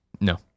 No